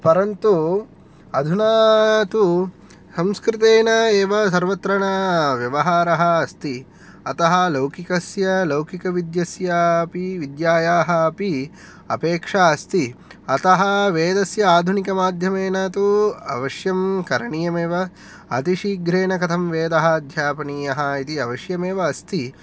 परन्तु अधुना तु संस्कृतेन एव सर्वत्र न व्यवहारः अस्ति अतः लौकिकस्य लौकिकविद्यस्यापि विद्यायाः अपि अपेक्षा अस्ति अतः वेदस्य आधुनिकमाध्यमेन तु अवश्यं करणीयमेव अतिशीघ्रेण कथं वेदः अध्यापनीयः इति अवश्यमेव अस्ति